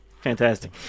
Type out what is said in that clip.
Fantastic